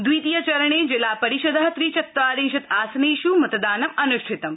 द्वितीय चरणे जिल परिषदः त्रि चत्वारिशंत् आसनेष मतदान अनुष्ठितम्